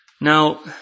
Now